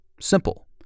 Simple